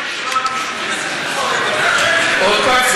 עוד פעם.